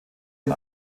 und